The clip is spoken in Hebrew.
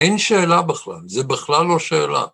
אין שאלה בכלל, זה בכלל לא שאלה.